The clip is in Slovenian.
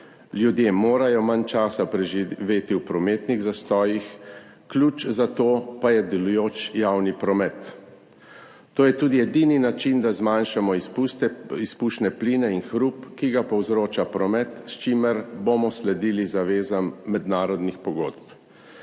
Ljudje morajo manj časa preživeti v prometnih zastojih, ključ za to pa je delujoč javni promet. To je tudi edini način, da zmanjšamo izpuste, izpušne pline in hrup, ki ga povzroča promet, s čimer bomo sledili zavezam mednarodnih pogodb.